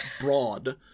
broad